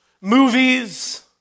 movies